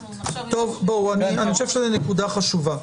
אנחנו נחשוב --- זו נקודה חשובה.